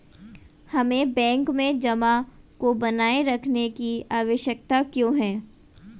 हमें बैंक में जमा को बनाए रखने की आवश्यकता क्यों है?